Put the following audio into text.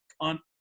on